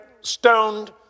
stoned